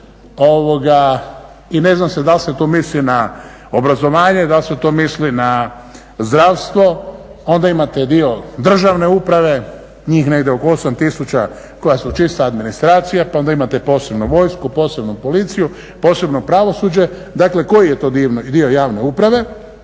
i ne zna se da li se tu misli na obrazovanje, da li se to misli na zdravstvo, onda imate dio državne uprave, njih negdje oko 8 tisuća koja su čista administracija, pa onda imate posebno vojsku, posebno policiju, posebno pravosuđe, dakle koji je to dio javne uprave.